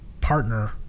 partner